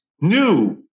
new